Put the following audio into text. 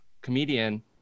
comedian